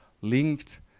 linked